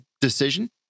decision